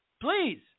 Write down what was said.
Please